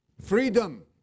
freedom